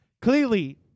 Clearly